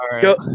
Go